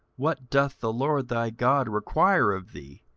what doth the lord thy god require of thee,